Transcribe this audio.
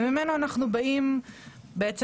ובעצם,